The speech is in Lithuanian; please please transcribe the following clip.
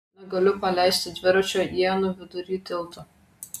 negaliu paleisti dviračio ienų vidury tilto